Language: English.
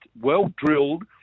well-drilled